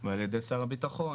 ועל ידי שר הביטחון,